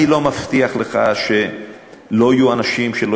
אני לא מבטיח לך שלא יהיו אנשים שלא